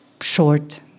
short